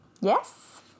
Yes